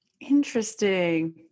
Interesting